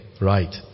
Right